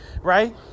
Right